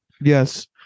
Yes